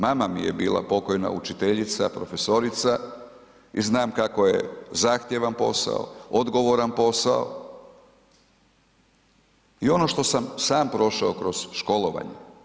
Mama mi je bila pokojna učiteljica, profesorica i znam kako je zahtjevan posao, odgovoran posao i ono što sam sam prošao kroz školovanje.